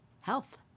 health